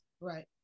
Right